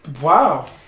Wow